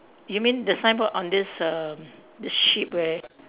you mean the signboard on this err the sheep where